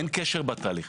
אין קשר בתהליך.